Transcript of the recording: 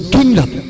Kingdom